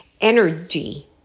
energy